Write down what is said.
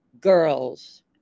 girls